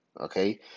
okay